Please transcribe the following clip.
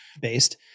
based